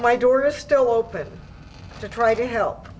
my door is still open to try to help